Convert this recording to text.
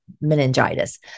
meningitis